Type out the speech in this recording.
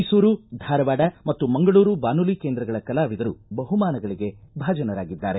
ಮೈಸೂರು ಧಾರವಾಡ ಮತ್ತು ಮಂಗಳೂರು ಬಾನುಲಿ ಕೇಂದ್ರಗಳ ಕಲಾವಿದರೂ ಬಹುಮಾನಗಳಿಗೆ ಭಾಜನರಾಗಿದ್ದಾರೆ